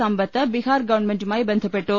സമ്പത്ത് ബിഹാർ ഗവൺമെന്റുമായി ബന്ധപ്പെട്ടു